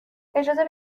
اجازه